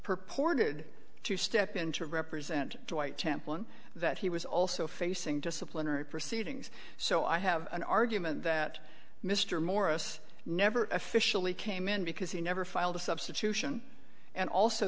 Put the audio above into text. purported to step in to represent the white temple and that he was also facing disciplinary proceedings so i have an argument that mr morris never officially came in because he never filed a substitution and also